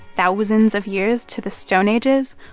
thousands of years to the stone ages.